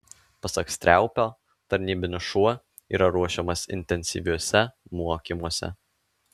pasak striaupio tarnybinis šuo yra ruošiamas intensyviuose mokymuose